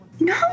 No